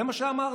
זה מה שאמרתם,